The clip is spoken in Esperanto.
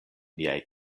niaj